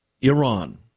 Iran